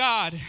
God